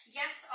yes